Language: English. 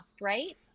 right